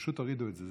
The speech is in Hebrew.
פשוט תורידו את זה.